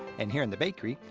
and here in the bakery,